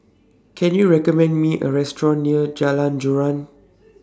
Can YOU recommend Me A Restaurant near Jalan Joran